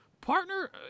Partner